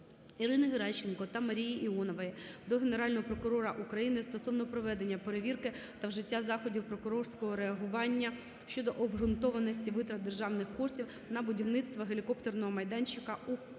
Ірини Геращенко та Марії Іонової до Генерального прокурора України стосовно проведення перевірки та вжиття заходів прокурорського реагування щодо обґрунтованості витрат державних коштів на будівництво гелікоптерного майданчика у